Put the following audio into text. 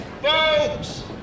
Folks